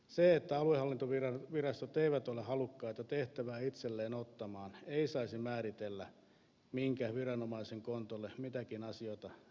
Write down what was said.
se että aluehallintovirastot eivät ole halukkaita tehtävää itselleen ottamaan ei saisi määritellä minkä viranomaisen kontolle mitäkin asioita sysätään